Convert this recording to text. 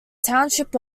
township